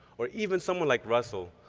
or even someone like russell,